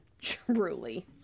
truly